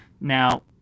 Now